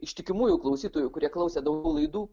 ištikimųjų klausytojų kurie klausė daugiau laidų